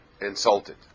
insulted